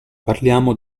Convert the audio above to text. parliamo